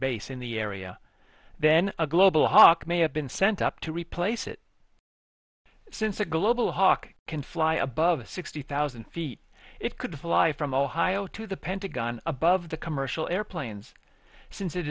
base in the area then a global hawk may have been sent up to replace it since a global hawk can fly above a sixty thousand feet it could fly from ohio to the pentagon above the commercial airplanes since it